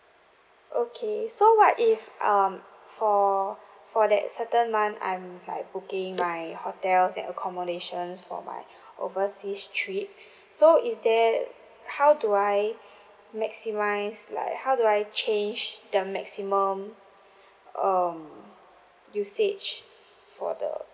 okay so what if um for for that certain month I'm like booking my hotels and accommodations for my overseas trip so is there how do I maximise like how do I change the maximum um usage for the